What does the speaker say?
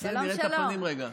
נראה את הפנים רגע.